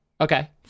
Okay